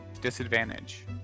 disadvantage